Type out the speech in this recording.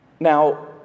Now